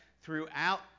throughout